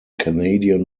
canadian